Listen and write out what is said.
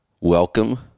Welcome